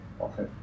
Okay